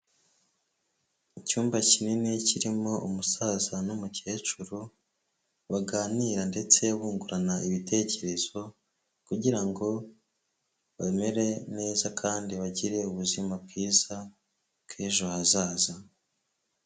Icyumba kinini kirimo umusaza n'umukecuru baganira ndetse bungurana ibitekerezo kugira ngo bamere neza kandi bagire ubuzima bwiza bw'ejo hazaza.